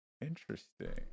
Interesting